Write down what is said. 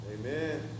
Amen